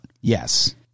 Yes